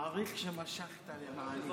מעריך שמשכת למעני.